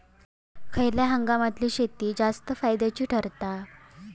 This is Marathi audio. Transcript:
खयल्या हंगामातली शेती जास्त फायद्याची ठरता?